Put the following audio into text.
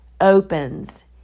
opens